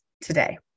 today